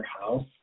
house